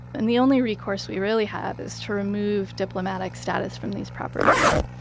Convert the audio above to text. and the only recourse we really have is to remove diplomatic status from these properties,